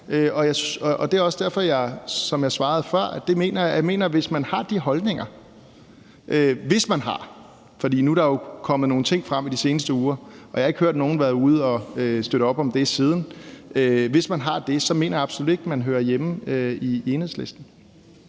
at jeg, som jeg også svarede før, hvis man har de holdninger – og nu er der jo kommet nogle ting frem i de seneste uger, og jeg har ikke hørt nogen være ude at støtte op om det siden, men hvis man har dem – så absolut ikke mener, at man hører hjemme i Enhedslisten.